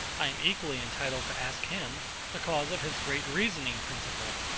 i am equally entitled to ask him the cause of his great reasoning principle.